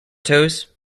toes